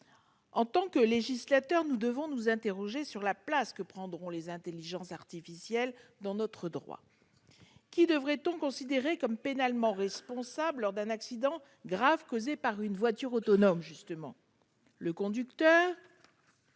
En tant que législateurs, nous devons nous interroger sur la place que prendront les intelligences artificielles dans notre droit. Qui devrait-on considérer comme pénalement responsable, lors d'un accident grave causé par une voiture autonome ? Le conducteur ?